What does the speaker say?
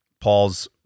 Paul's